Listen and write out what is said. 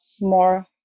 more